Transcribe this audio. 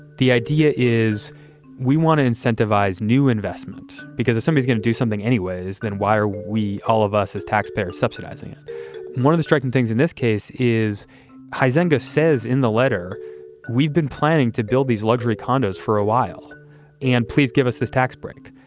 the idea is we want to incentivize new investment because this summer is going to do something anyways. then why are we, all of us as taxpayers subsidizing and one of the striking things in this case is high, zenga says in the letter we've been planning to. build these luxury condos for a while and please give us this tax break,